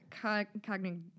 cognitive